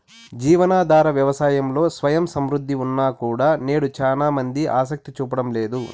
జీవనాధార వ్యవసాయంలో స్వయం సమృద్ధి ఉన్నా కూడా నేడు చానా మంది ఆసక్తి చూపడం లేదు